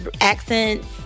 accents